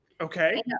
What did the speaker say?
Okay